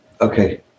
Okay